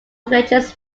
religious